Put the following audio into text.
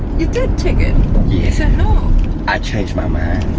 you did take it no i changed my mind